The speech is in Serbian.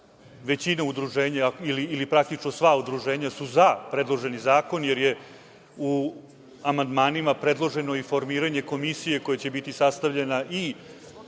većina udruženja ili praktično sva udruženja su za predloženi zakon, jer je u amandmanima predloženo i formiranje komisije koja će biti sastavljena i